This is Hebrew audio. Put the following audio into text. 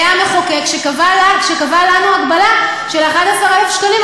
היה המחוקק שקבע לנו הגבלה של 11,000 שקלים.